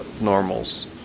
normals